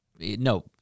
No